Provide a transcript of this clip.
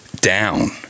down